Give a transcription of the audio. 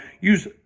use